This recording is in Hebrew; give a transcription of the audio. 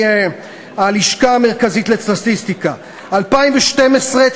מהלשכה המרכזית לסטטיסטיקה: 2012,